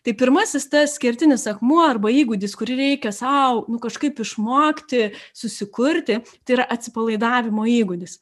tai pirmasis tas kertinis akmuo arba įgūdis kurį reikia sau nu kažkaip išmokti susikurti tai yra atsipalaidavimo įgūdis